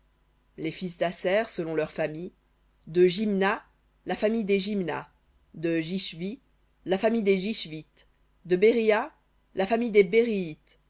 les fils d'aser selon leurs familles de jimna la famille des jimna de jishvi la famille des jishvites de beriha la famille des